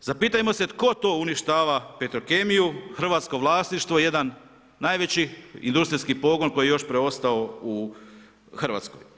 za pitajmo se tko to uništava Petrokemiju, hrvatsko vlasništvo, jedan najveći industrijski pogon koji je još preostao u Hrvatskoj.